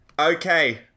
Okay